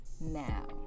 now